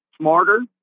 smarter